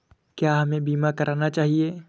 क्या हमें बीमा करना चाहिए?